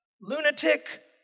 lunatic